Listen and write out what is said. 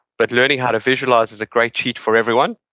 but learning how to visualize is a great cheat for everyone.